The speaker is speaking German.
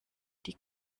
die